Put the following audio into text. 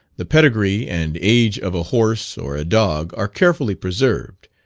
the pedigree and age of a horse or a dog are carefully preserved,